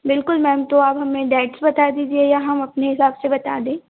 बिलकुल मैम तो आप हमें डेट्स बता दीजिए या हम अपने हिसाब से बता दें